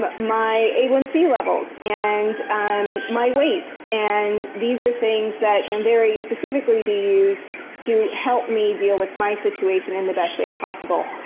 but my agency levels and my weight and these are things that can very specifically be used to help me deal with my situation in the best way possible.